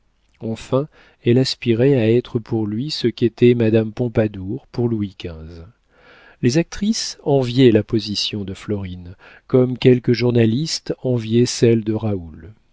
enfin elle aspirait à être pour lui ce qu'était madame pompadour pour louis xv les actrices enviaient la position de florine comme quelques journalistes enviaient celle de raoul